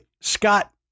Scott